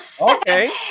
Okay